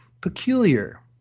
peculiar